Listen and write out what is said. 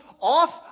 off